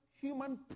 human